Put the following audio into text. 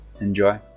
enjoy